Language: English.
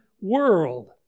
world